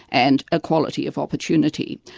and equality of opportunity.